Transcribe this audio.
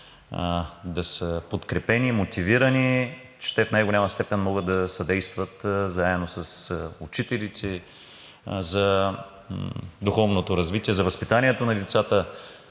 да са подкрепени, мотивирани, че те в най-голяма степен могат да съдействат заедно с учителите за духовното развитие, за възпитанието на децата.